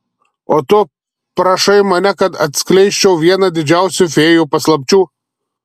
o tu prašai mane kad atskleisčiau vieną didžiausių fėjų paslapčių